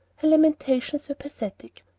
her lamentations were pathetic.